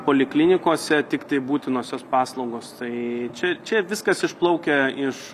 poliklinikose tiktai būtinosios paslaugos tai čia čia viskas išplaukia iš